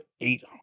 eight